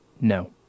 No